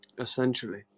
essentially